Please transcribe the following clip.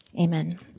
amen